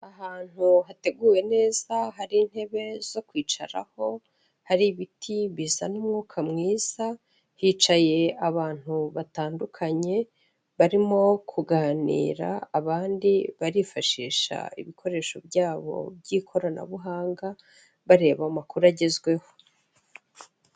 Ahantu hateguwe neza hari intebe zo kwicaraho, hari ibiti bizana umwuka mwiza, hicaye abantu batandukanye barimo kuganira, abandi barifashisha ibikoresho byabo by'ikoranabuhanga bareba amakuru agezweho.